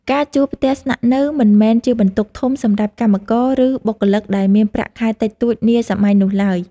ការជួលផ្ទះស្នាក់នៅមិនមែនជាបន្ទុកធំសម្រាប់កម្មករ ឬបុគ្គលិកដែលមានប្រាក់ខែតិចតួចនាសម័យនោះឡើយ។